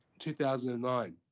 2009